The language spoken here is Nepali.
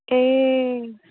ए